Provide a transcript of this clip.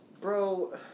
bro